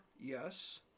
Yes